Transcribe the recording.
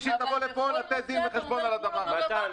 שהיא תבוא לפה לתת דין וחשבון על הדבר הזה.